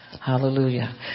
Hallelujah